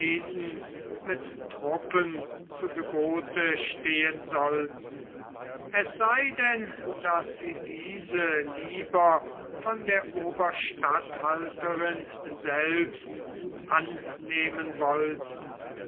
mit truppen zu gebote stehen sollten es sei denn daß sie diese lieber von der oberstatthalterin selbst annehmen wollten